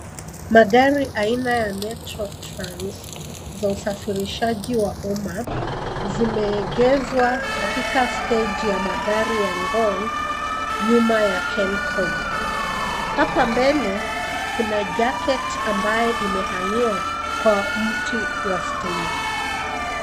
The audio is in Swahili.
Magari aina ya Metro Trans za usafirishaji wa umma zimeegezwa katika steji ya magari ya Ngong nyuma ya KenCom. Hapa mbele kuna jaketi ambayo imehangiwa kwa mti wa stima.